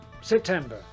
September